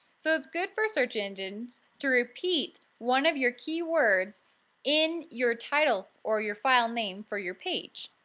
so it's good for search engines to repeat one of your keywords in your title or your file name for your page.